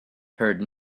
heard